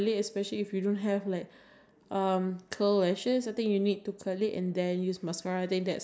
okay so how about like the powder that we use that the press powder that we use sometimes you have to put on your eye right